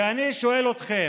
ואני שואל אתכם: